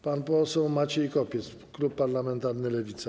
Pan poseł Maciej Kopiec, klub parlamentarny Lewica.